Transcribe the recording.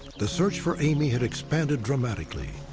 the search for amy had expanded dramatically.